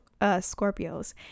Scorpios